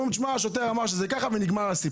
והיו